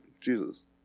Jesus